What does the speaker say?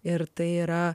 ir tai yra